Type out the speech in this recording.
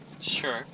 Sure